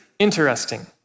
Interesting